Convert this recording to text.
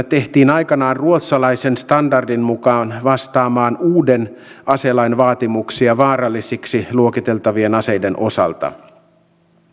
tehtiin aikanaan ruotsalaisen standardin mukaan vastaamaan uuden aselain vaatimuksia vaarallisiksi luokiteltavien aseiden osalta